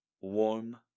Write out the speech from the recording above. Warm